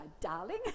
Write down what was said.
darling